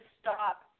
stop